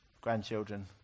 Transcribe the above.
grandchildren